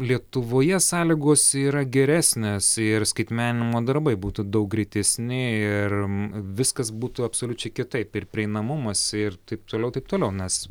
lietuvoje sąlygos yra geresnės ir skaitmeninimo darbai būtų daug greitesni ir viskas būtų absoliučiai kitaip ir prieinamumas ir taip toliau taip toliau nes